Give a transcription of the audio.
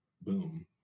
Boom